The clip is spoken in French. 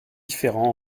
différents